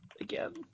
again